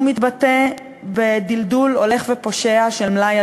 הוא מתבטא בדלדול הולך ופושה של מלאי